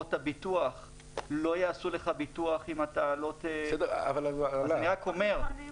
חברות הביטוח לא יעשו לך ביטוח אם אתה לא --- בסדר אבל הדברים נאמרו.